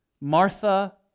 Martha